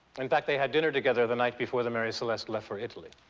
in fact, they had dinner together the night before the mary celeste left for italy.